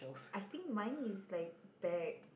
I think mine is like bag